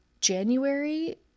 January